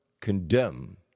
condemn